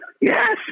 Yes